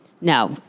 No